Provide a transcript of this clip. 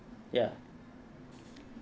ya